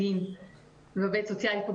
אחרים ולומר שגם